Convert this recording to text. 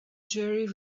jury